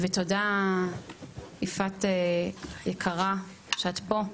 תודה יפעת יקרה שאת פה.